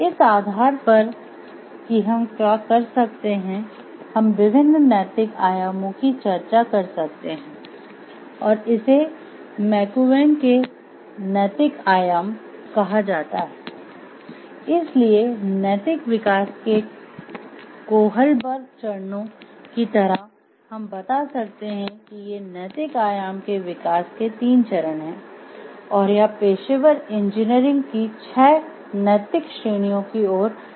इस आधार पर कि हम क्या कर सकते हैं हम विभिन्न नैतिक आयामों की चर्चा कर सकते हैं और इसे मैकूवेन के नैतिक आयाम की तरह हम बता सकते हैं कि ये नैतिक आयाम के विकास के तीन चरण हैं और यह पेशेवर इंजीनियरिंग की छह नैतिक श्रेणियों की ओर ले जा सकता है